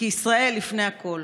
כי ישראל לפני הכול.